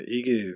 Ikke